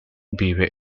vive